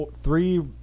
three